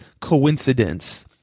coincidence